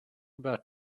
about